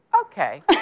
Okay